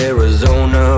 Arizona